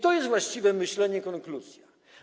To jest właściwe myślenie, konkluzja.